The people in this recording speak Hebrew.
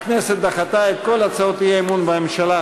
הכנסת דחתה את כל הצעות האי-אמון בממשלה.